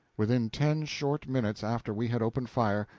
within ten short minutes after we had opened fire,